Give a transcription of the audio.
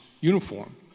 uniform